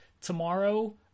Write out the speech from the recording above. tomorrow